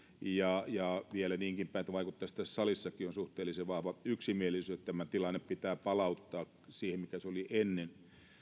ja ja vielä niinkin päin että vaikuttaisi että tässä salissakin on suhteellisen vahva yksimielisyys että tämä tilanne pitää palauttaa siihen mitä se oli ennen